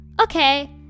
Okay